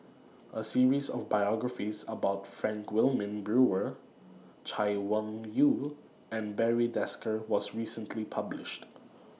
A series of biographies about Frank Wilmin Brewer Chay Weng Yew and Barry Desker was recently published